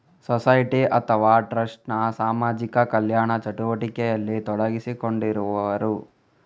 society ಅಥವಾ trust ನ ಸಾಮಾಜಿಕ ಕಲ್ಯಾಣ ಚಟುವಟಿಕೆಯಲ್ಲಿ ತೊಡಗಿಸಿಕೊಂಡಿರುವವರು